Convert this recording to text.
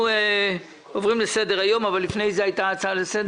האם יש הצעה לסדר?